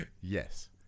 Yes